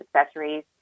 accessories